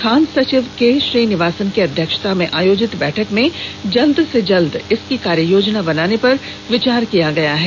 खान सचिव के श्रीनिवासन की अध्यक्षता में आयोजित बैठक में जल्द से जल्द इसकी कार्ययोजना बनाने पर विचार किया गया है